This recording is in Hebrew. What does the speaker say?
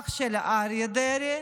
האח של אריה דרעי